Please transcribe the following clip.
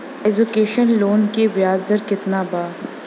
Education loan के ब्याज दर केतना बा?